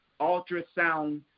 ultrasound